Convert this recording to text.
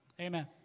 Amen